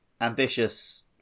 ambitious